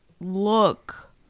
look